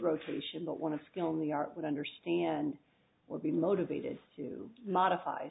rotation but one of skill in the art would understand would be motivated to modify